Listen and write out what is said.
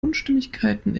unstimmigkeiten